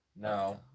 No